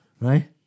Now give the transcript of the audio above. right